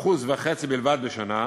ל-1.5% בלבד בשנה,